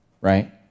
right